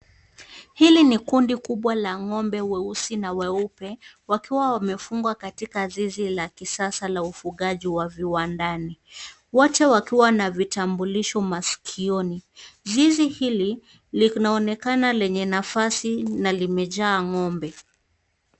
Hili ni kundi kubwa la ng'ombe weusi na weupe wakiwa wamefungwa katika zizi la kisasa la ufugaji wa viwandani. Wote wakiwa na vitambulisho masikioni. Zizi hili linaonekana lenye nafasi na limejaa ng'ombe.